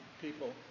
people